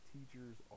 Teachers